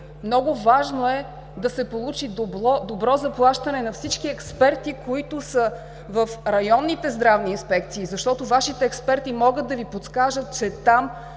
Много важно е да се получи добро заплащане на всички експерти, които са в Районните здравни инспекции, защото Вашите експерти могат да Ви подскажат, че